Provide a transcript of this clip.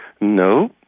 No